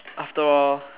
after all